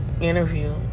interview